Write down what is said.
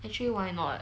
actually why not